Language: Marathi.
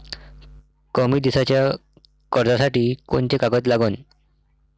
कमी दिसाच्या कर्जासाठी कोंते कागद लागन?